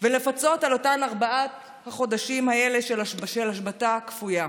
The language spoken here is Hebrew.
ולפצות על אותם ארבעת החודשים האלה של השבתה כפויה.